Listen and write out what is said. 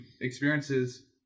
experiences